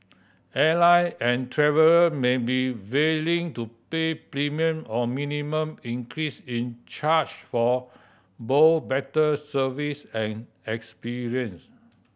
airline and traveller may be willing to pay premium or minimum increase in charge for both better service and experience